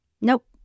nope